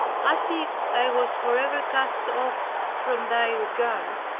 as if i was forever cast off from thy regard,